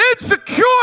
insecure